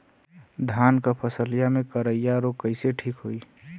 धान क फसलिया मे करईया रोग कईसे ठीक होई?